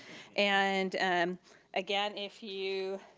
and again, if you.